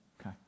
Okay